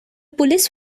police